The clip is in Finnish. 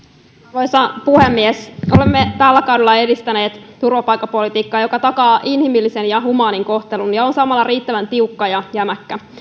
arvoisa puhemies olemme tällä kaudella edistäneet turvapaikkapolitiikkaa joka takaa inhimillisen ja humaanin kohtelun ja on samalla riittävän tiukka ja jämäkkä